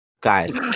guys